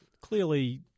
Clearly